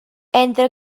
entre